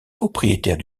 propriétaire